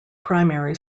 primary